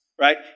right